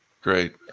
Great